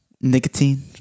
Nicotine